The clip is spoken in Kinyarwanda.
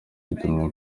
bitumye